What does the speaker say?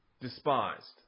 despised